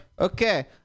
Okay